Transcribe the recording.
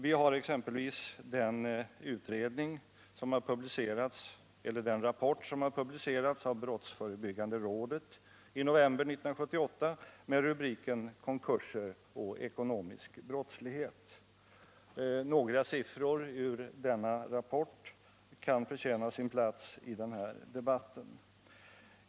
Vi har exempelvis den rapport som har publicerats av brottsförebyggande rådet i november 1978 med rubriken Konkurser och ekonomisk brottslighet. Några siffror ur denna rapport kan förtjäna sin plats i denna debatt.